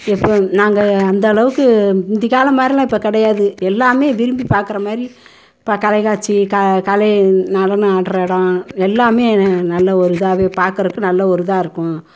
இப்போ நாங்கள் அந்த அளவுக்கு முந்திக்காலம் மாதிரிலாம் இப்போ கிடையாது எல்லாமே விரும்பி பார்க்குற மாதிரி இப்போ கலை காட்சி கா கலை நடனம் ஆடுற இடம் எல்லாமே ந நல்ல ஒரு இதாவே பார்க்குறதுக்கு நல்ல ஒரு இதாக இருக்கும்